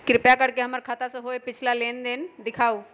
कृपा कर के हमर खाता से होयल पिछला पांच लेनदेन दिखाउ